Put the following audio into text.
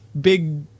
big